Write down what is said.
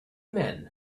men